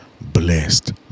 blessed